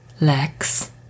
Lex